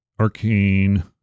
arcane